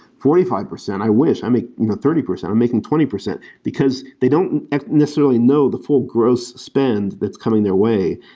forty five percent, i wish. i make you know thirty percent. i'm making twenty percent, because they don't necessarily know the full gross spend that's coming their way.